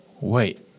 wait